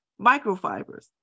microfibers